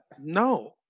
no